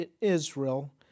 Israel